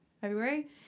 February